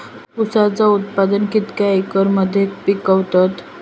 ऊसाचा उत्पादन कितक्या एकर मध्ये पिकवतत?